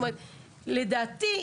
לדעתי,